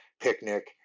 picnic